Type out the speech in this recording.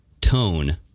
tone